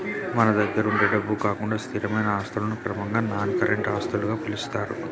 మన దగ్గరుండే డబ్బు కాకుండా స్థిరమైన ఆస్తులను క్రమంగా నాన్ కరెంట్ ఆస్తులుగా పిలుత్తారు